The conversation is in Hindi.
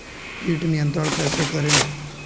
कीट नियंत्रण कैसे करें?